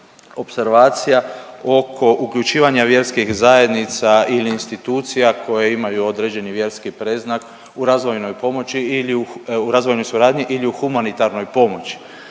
opservacija oko uključivanja vjerskih zajednica ili institucija koje imaju određeni vjerski predznak u razvojnoj pomoći ili u, u razvojnoj